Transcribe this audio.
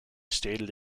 stated